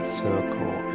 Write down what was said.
circle